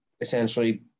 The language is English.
Essentially